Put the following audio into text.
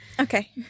Okay